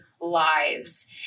lives